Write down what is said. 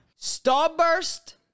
Starburst